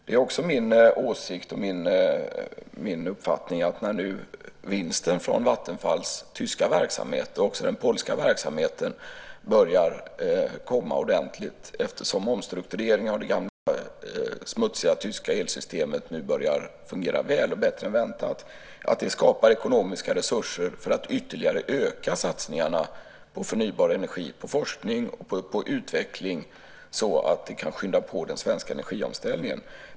Det är också min uppfattning att när nu vinsten från Vattenfalls tyska verksamhet, och också den polska verksamheten, börja komma ordentligt när omstrukturering av det gamla smutsiga tyska elsystemet börjar fungera väl och bättre än väntat skapas ekonomiska resurser för att ytterligare öka satsningarna på förnybar energi, forskning och utveckling så att det kan skynda på den svenska energiomställningen.